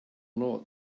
not